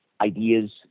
Ideas